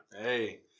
Hey